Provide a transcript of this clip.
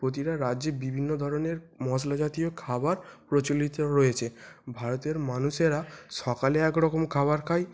প্রতিটা রাজ্যে বিভিন্ন ধরনের মশলা জাতীয় খাবার প্রচলিত রয়েছে ভারতের মানুষেরা সকালে এক রকম খাবার খায়